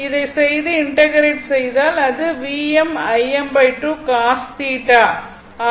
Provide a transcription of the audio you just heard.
அதை செய்து இன்டெகிரெட் செய்தால் அதுஆக மாறும்